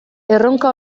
erronka